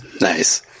Nice